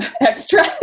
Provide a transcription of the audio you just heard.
extra